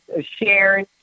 share